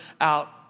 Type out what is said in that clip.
out